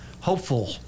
hopeful